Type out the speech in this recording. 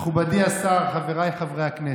מכובדי השר, חבריי חברי הכנסת,